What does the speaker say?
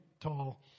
tall